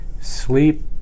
sleep